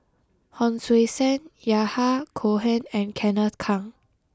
Hon Sui Sen Yahya Cohen and Kenneth Keng